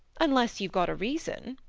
unless you've got a reason,